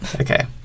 Okay